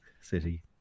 city